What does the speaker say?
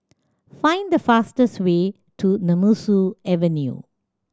find the fastest way to Nemesu Avenue